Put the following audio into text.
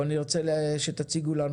אבל אני רוצה שתציגו לנו